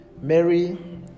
Mary